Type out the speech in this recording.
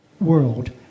world